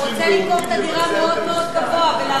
הוא רוצה למכור את הדירה במחיר מאוד מאוד גבוה ולהרוויח,